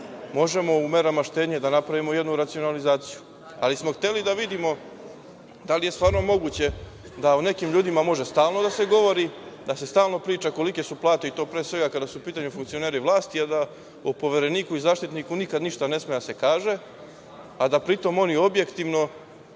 možemo u merama štednje da napravimo jednu racionalizaciju. Ali smo hteli da vidimo da li je stvarno moguće da o nekim ljudima može stalno da se govori, da se stalno priča kolike su plate i to pre svega kada su u pitanju funkcioneri vlasti, a da o Povereniku i Zaštitniku nikada ništa ne sme da se kaže, a da pri tom oni objektivno